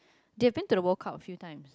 they been to the World-Cup a few time